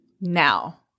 Now